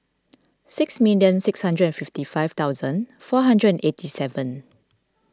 six million six hundred and fifty five thousand four hundred and eighty seven